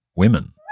women